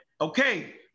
Okay